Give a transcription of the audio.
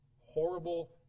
horrible